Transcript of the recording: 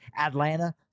Atlanta